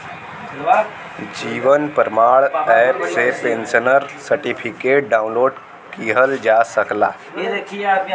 जीवन Pramaan app से pensioner certificate download किहल जा सकला